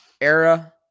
era